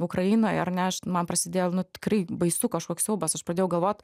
ukrainoj ar ne aš man prasidėjo nu tikrai baisu kažkoks siaubas aš pradėjau galvot